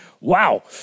Wow